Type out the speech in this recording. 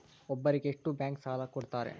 ಒಬ್ಬರಿಗೆ ಎಷ್ಟು ಬ್ಯಾಂಕ್ ಸಾಲ ಕೊಡ್ತಾರೆ?